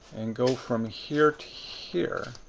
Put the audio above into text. and go from here to here.